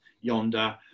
Yonder